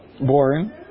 boring